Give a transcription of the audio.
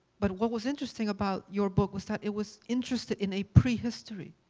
but what was interesting about your book was that it was interested in a prehistory.